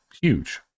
huge